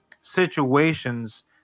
situations